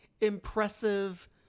impressive